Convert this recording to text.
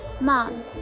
Mom